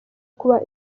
kuba